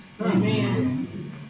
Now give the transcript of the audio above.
Amen